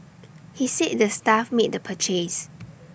he said the staff made the purchase